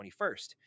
21st